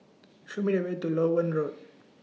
Show Me The Way to Loewen Road